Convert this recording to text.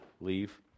leave